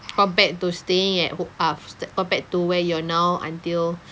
compared to staying at hou~ ah compared to where you are now until